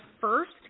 first